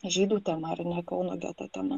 žydų tema ar ne kauno geto tema